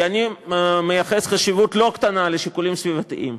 כי אני מייחס חשיבות לא קטנה לשיקולים סביבתיים,